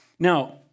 Now